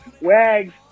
Wags